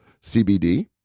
CBD